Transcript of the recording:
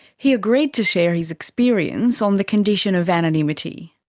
he agreed to share his experience on the condition of anonymity.